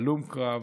הלום קרב,